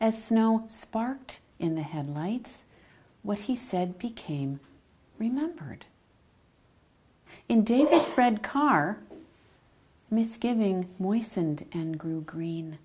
as snow sparked in the headlights what he said became remembered in days the red car misgiving boyce and and grew green